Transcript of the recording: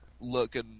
looking